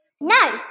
No